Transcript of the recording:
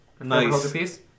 Nice